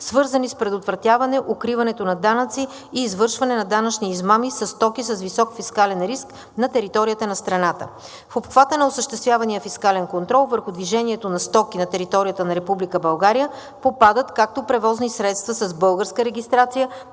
свързани с предотвратяване укриването на данъци и извършване на данъчни измами със стоки с висок фискален риск на територията на страната. В обхвата на осъществявания фискален контрол върху движението на стоки на територията на Република България попадат както превозни средства с българска регистрация,